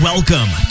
Welcome